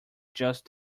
just